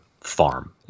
farm